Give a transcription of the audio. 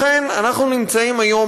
לכן אנחנו נמצאים היום,